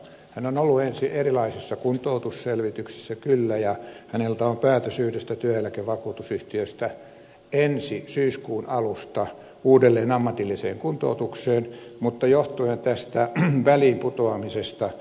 hän on ollut erilaisissa kuntoutusselvityksissä kyllä ja hänellä on päätös yhdestä työeläkevakuutusyhtiöstä ensi syyskuun alusta uudelleen ammatilliseen kuntoutukseen mutta hän on pudonnut väliin